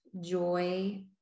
joy